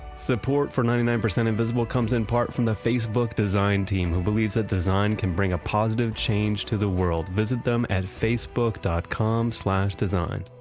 support for ninety nine percent invisible comes in part from the facebook design team, who believes that design can bring a positive change to the world. visit them at facebook dot com slash design.